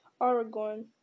Aragorn